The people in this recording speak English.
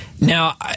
Now